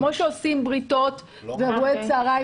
כמו שעושים בריתות ואירועי צוהריים